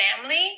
family